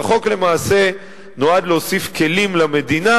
אז החוק למעשה נועד להוסיף כלים למדינה